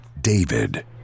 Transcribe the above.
David